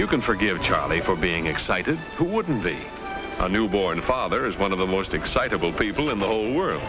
you can forgive charlie for being excited wouldn't a new born father is one of the most excitable people in the whole world